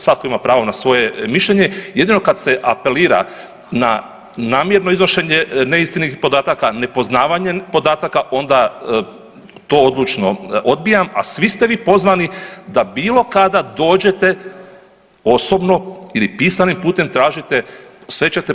Svatko ima pravo na svoje mišljenje jedino kad se apelira na namjerno iznošenje neistinitih podataka nepoznavanjem podataka, onda to odlučno odbijam a svi ste vi pozvani da bilo kada dođete osobno ili pisanim putem, tražite sve ćete podatke dobiti.